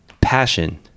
passion